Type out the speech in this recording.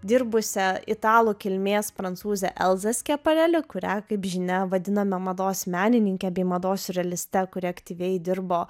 dirbusią italų kilmės prancūzę elza skiapareli kurią kaip žinia vadiname mados menininke bei mados siurrealiste kuri aktyviai dirbo